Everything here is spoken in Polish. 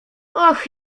och